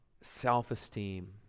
self-esteem